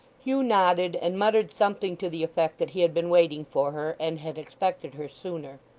hugh nodded, and muttered something to the effect that he had been waiting for her, and had expected her sooner.